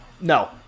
No